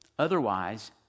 Otherwise